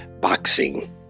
boxing